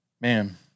Man